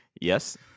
Yes